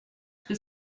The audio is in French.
que